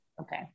okay